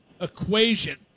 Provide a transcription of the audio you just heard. equation